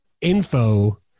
info